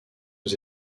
aux